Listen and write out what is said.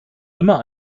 immer